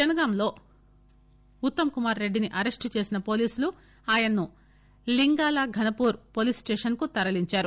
జనగాం లో ఉత్తమ్ కుమార్ రెడ్దిని అరెస్టు చేసిన పోలీసులు ఆయన్ను లింగాల ఘన్పూర్ పోలీస్ స్టేషన్కు తరలించారు